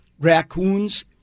Raccoons